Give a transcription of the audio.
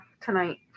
tonight